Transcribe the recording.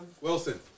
Wilson